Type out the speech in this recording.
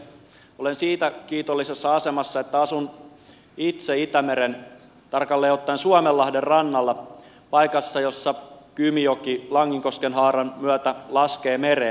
olen siitä kiitollisessa asemassa että asun itse itämeren tarkalleen ottaen suomenlahden rannalla paikassa jossa kymijoki langinkosken haaran myötä laskee mereen